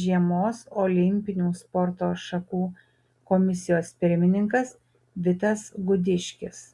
žiemos olimpinių sporto šakų komisijos pirmininkas vitas gudiškis